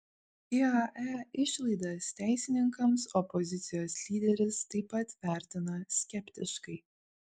iae išlaidas teisininkams opozicijos lyderis taip pat vertina skeptiškai